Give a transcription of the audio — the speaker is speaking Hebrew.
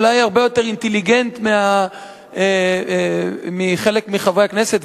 ואולי הרבה יותר אינטליגנטי מחלק מחברי הכנסת,